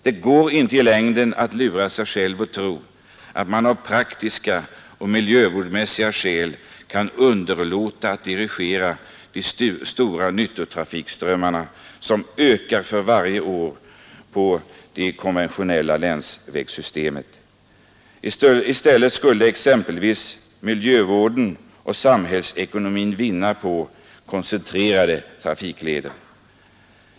Det går inte i längden att lura sig själv att tro att man av praktiska och miljövårdsmässiga skäl kan underlåta att dirigera de stora nyttotrafikströmmarna, som ökar för varje år, på det konventionella länsvägssystemet. I stället skulle både miljövården och samhällsekonomin vinna på koncentrerade trafikleder.